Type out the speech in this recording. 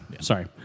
Sorry